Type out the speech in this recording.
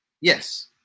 Yes